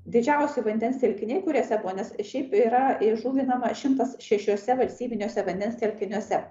didžiausi vandens telkiniai kuriuose buvo nes šiaip yra įžuvinama šimtas šešiuose valstybiniuose vandens telkiniuose